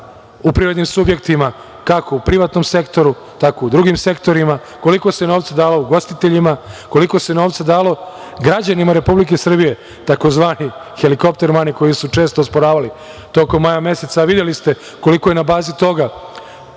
u privrednim subjektima, kako u privatnom sektoru, tako u drugim sektorima, koliko se novca davalo ugostiteljima, koliko se novca dalo građanima Republike Srbije tzv. „helikopter mani“ koji su često osporavali tokom maja meseca, a videli ste koliko je na bazi toga